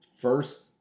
first